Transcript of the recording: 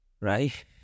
right